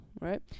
right